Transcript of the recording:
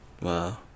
Wow